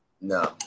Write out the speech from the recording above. No